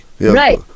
Right